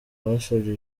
basabye